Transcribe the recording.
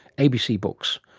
abc books.